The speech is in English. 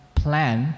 plan